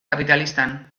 kapitalistan